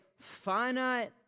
finite